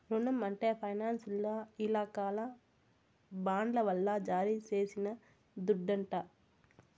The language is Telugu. రునం అంటే ఫైనాన్సోల్ల ఇలాకాల బాండ్ల వల్ల జారీ చేసిన దుడ్డంట